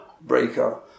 breaker